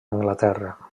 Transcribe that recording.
anglaterra